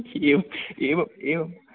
एवम् एवम् एवम्